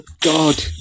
God